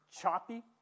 choppy